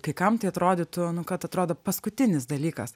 kai kam tai atrodytų kad atrodo paskutinis dalykas